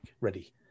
ready